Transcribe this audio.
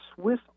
Swiss